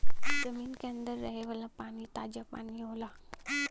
जमीन के अंदर रहे वाला पानी ताजा पानी होला